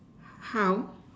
how